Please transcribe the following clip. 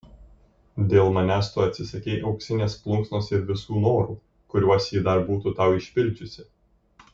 dėl manęs tu atsisakei auksinės plunksnos ir visų norų kuriuos ji dar būtų tau išpildžiusi